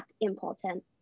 important